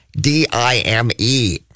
D-I-M-E